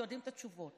שיודעים את התשובות,